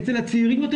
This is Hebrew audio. אצל הצעירים יותר,